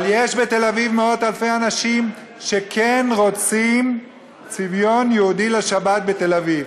אבל יש בתל-אביב מאות-אלפי אנשים שכן רוצים צביון יהודי לשבת בתל-אביב.